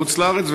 מחוץ-לארץ,